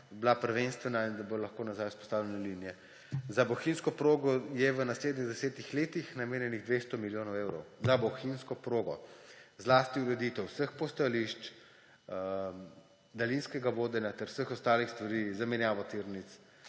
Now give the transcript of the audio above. bila prvenstvena in da bo lahko nazaj vzpostavljene linije. Za bohinjsko progo je v naslednjih desetih letih namenjenih 200 milijonov evrov. Za bohinjsko progo! Zlasti ureditev vseh postajališč, daljinskega vodenja ter vseh ostalih stvari, zamenjavo tirnic,